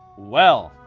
well,